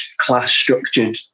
class-structured